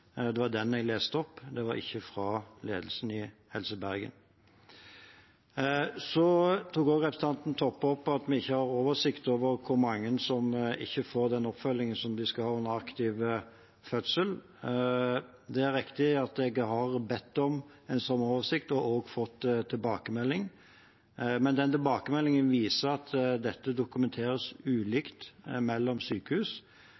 Det var den jeg leste opp; det var ikke fra ledelsen i Helse Bergen. Så tok også representanten Toppe opp at vi ikke har oversikt over hvor mange som ikke får den oppfølgingen som de skal ha under aktiv fødsel. Det er riktig at jeg har bedt om en slik oversikt og også fått tilbakemelding, men den tilbakemeldingen viser at dette dokumenteres ulikt mellom sykehus,